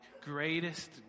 greatest